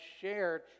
shared